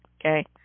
Okay